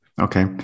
Okay